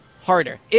harder